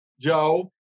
Joe